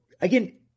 again